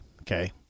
Okay